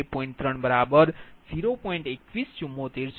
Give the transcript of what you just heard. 2174 છે